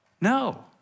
No